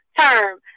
term